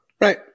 Right